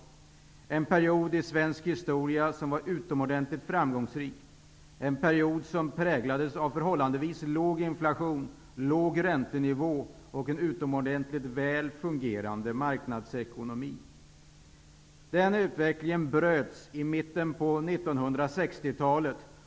Detta är en period i svensk historia som var utomordenligt framgångsrik. Det var en period som präglades av förhållandevis låg inflation, låg räntenivå och en utomordentligt väl fungerande marknadsekonomi. Den här utvecklingen avbröts i mitten på 1960 talet.